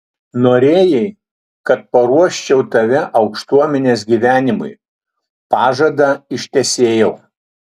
norėjai kad paruoščiau tave aukštuomenės gyvenimui pažadą ištesėjau